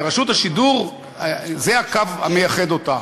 לרשות השידור, זה הקו המייחד אותה.